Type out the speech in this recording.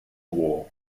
war